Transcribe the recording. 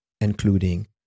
including